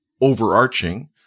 overarching